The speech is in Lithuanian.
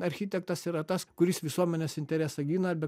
architektas yra tas kuris visuomenės interesą gina bei